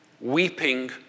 weeping